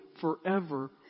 forever